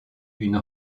une